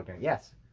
Yes